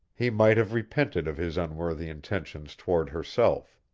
he might have repented of his unworthy intentions toward herself.